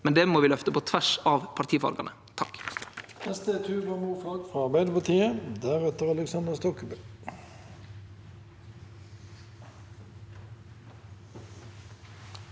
men det må vi løfte, på tvers av partifargane. Tuva